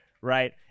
right